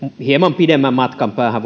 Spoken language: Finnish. hieman pidemmän matkan päähän